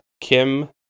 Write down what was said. Kim